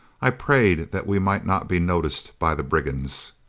i prayed that we might not be noticed by the brigands.